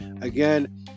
Again